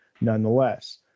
Nonetheless